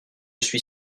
suis